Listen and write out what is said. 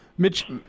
Mitch